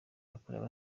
yakorewe